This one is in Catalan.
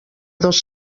dos